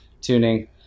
tuning